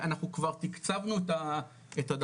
אנחנו כבר תקצבנו את הדבר הזה.